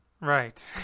Right